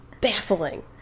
baffling